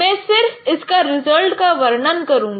मैं सिर्फ इसका रिजल्ट का वर्णन करुंगा